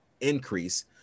increase